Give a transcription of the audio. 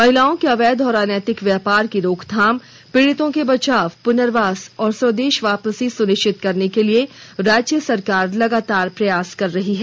महिलाओं के अवैध एवं अनैतिक व्यापार की रोकथाम पीड़ितों के बचाव पुनर्वास और स्वदेश वापसी सुनिश्चित करने हेतु राज्य सरकार लगातार प्रयास कर रही है